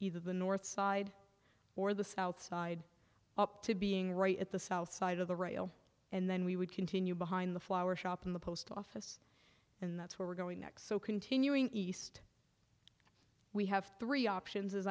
either the north side or the south side up to being right at the south side of the rail and then we would continue behind the flower shop in the post office and that's where we're going next so continuing east we have three options as